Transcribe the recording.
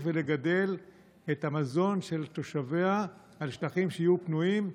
לגדל את המזון של תושביה על שטחים שיהיו פנויים,